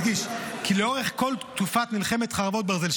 אדגיש כי לאורך כל תקופת מלחמת חרבות ברזל,